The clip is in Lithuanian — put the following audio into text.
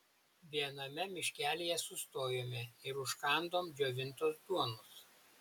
viename miškelyje sustojome ir užkandom džiovintos duonos